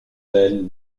d’elle